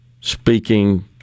speaking